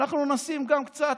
אנחנו נשים גם קצת,